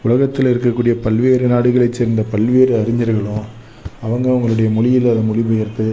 உலகத்தில் இருக்கக்கூடிய பல்வேறு நாடுகளைச் சேர்ந்த பல்வேறு அறிஞர்களும் அவங்கவங்களுடைய மொழியில அதை மொழி பெயர்த்து